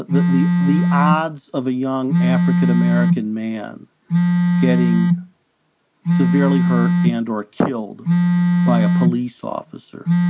the the the odds of a young african-american man getting severely hurt and or killed by a police officer.